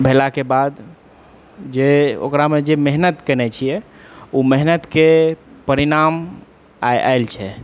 भेलाके बाद जे ओकरामे जे मेहनत केने छियै ओ मेहनतके परिणाम आइ आएल छै